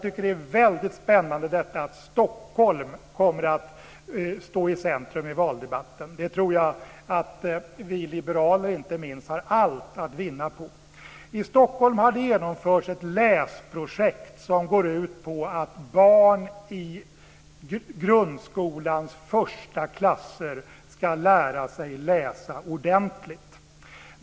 Det är spännande att Stockholm kommer att stå i centrum i valdebatten. Det har inte minst vi liberaler allt att vinna på. I Stockholm har det genomförts ett läsprojekt som går ut på att barn i grundskolans första klasser ska lära sig läsa ordentligt.